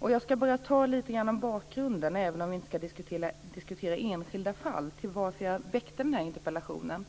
Jag ska ge en bakgrund - även om vi inte ska diskutera enskilda fall - till varför jag väckte interpellationen.